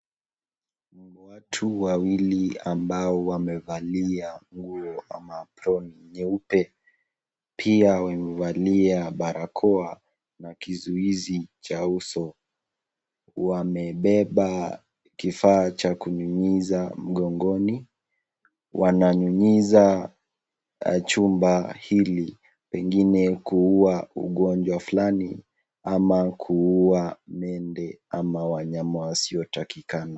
Watu wawili ambao wamevalia nguo ama aproni nyeupe, pia wamevalia barakoa na kizuizi cha uso. Wamebeba kifaa Cha kunyunyiza mgongoni, wananyunyiza chumba hili, pengine kuua ugonjwa fulani, ama kuua mende ama wanyama wasio takikana.